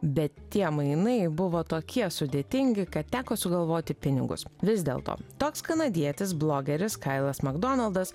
bet tie mainai buvo tokie sudėtingi kad teko sugalvoti pinigus vis dėlto toks kanadietis blogeris kailas makdonaldas